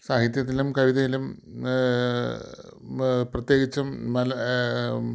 സാഹിത്യത്തിലും കവിതയിലും പ്രത്യേകിച്ചും നല്ല